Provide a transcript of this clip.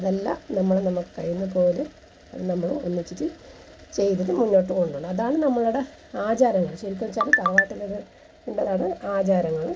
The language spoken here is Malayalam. അതെല്ലാം നമ്മൾ നമുക്ക് കഴിയുന്നതു പോലെ നമ്മൾ ഒന്നിച്ചിട്ട് ചെയ്തിട്ട് മുന്നോട്ടു കൊണ്ടുപോകണം അതാണ് നമ്മളുടെ ആചാരങ്ങൾ ശരിക്കും എന്നു വെച്ചാൽ തറവാട്ടിലത് ഉണ്ടായ ഒരു ആചാരങ്ങൾ